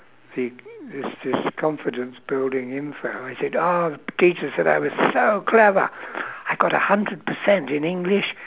he this this confidence building info I said oh teacher said I was so clever I got a hundred percent in english